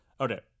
Okay